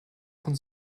von